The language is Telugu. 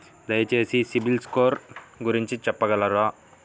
దయచేసి సిబిల్ స్కోర్ గురించి చెప్పగలరా?